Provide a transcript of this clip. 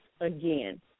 again